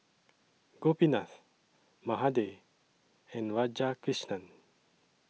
Gopinath Mahade and Radhakrishnan